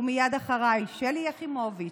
ומייד אחריי שלי יחימוביץ',